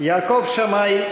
יעקב שמאי,